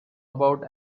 about